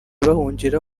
bahungira